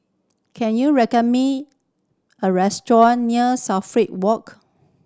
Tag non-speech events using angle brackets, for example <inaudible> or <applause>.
can you reckon me a restaurant near <unintelligible> Walk